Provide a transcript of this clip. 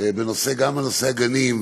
גם בנושא הגנים,